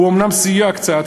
הוא אומנם סייע קצת,